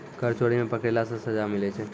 कर चोरी मे पकड़ैला से सजा मिलै छै